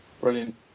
Brilliant